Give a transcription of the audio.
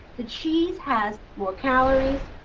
the cheese has more calories,